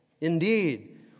indeed